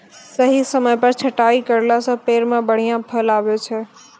सही समय पर छंटाई करला सॅ पेड़ मॅ बढ़िया फल आबै छै